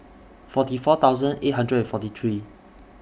forty four thousand eight hundred and forty three